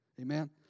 Amen